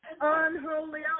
Unholy